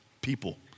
people